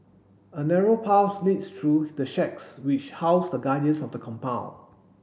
a narrow path leads through the shacks which house the guardians of the compound